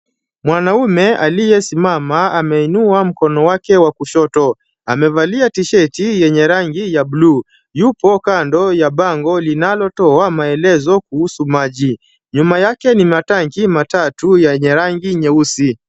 Mwanaume aliyesimama ameinua mkono wake wa kushoto. Amevalia t-shirt yenye rangi ya bluu. Yupo kando ya bango linalotoa maelezo kuhusu maji. Nyuma yake ni matanki matatu yenye rangi nyeusi.